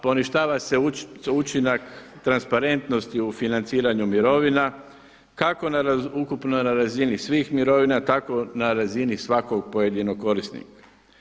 Poništava se učinak transparentnosti u financiranju mirovina kako ukupno na razini svih mirovina tako na razini svakog pojedinog korisnika.